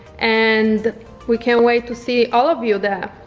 and we can't wait to see all of you there.